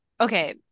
okay